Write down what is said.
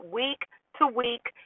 week-to-week